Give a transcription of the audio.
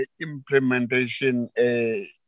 implementation